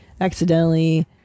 accidentally